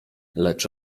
lecz